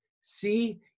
See